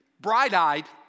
bright-eyed